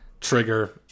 trigger